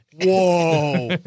Whoa